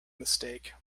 mistake